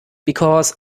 because